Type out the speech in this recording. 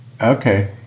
Okay